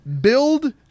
build